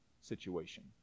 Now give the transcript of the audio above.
situation